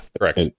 correct